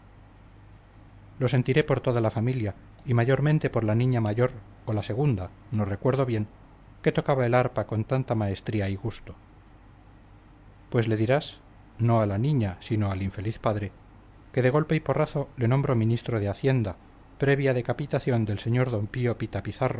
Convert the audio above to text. lo sentiré por toda la familia y mayormente por la niña mayor o la segunda no recuerdo bien que tocaba el arpa con tanta maestría y gusto pues le dirás no a la niña sino al infeliz padre que de golpe y porrazo le nombro ministro de hacienda previa decapitación del sr d pío pita